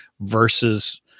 versus